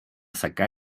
secà